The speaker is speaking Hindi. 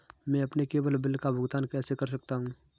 मैं अपने केवल बिल का भुगतान कैसे कर सकता हूँ?